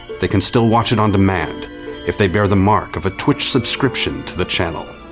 they can still watch it on demand if they bear the mark of a twitch subscription to the channel.